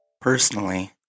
Personally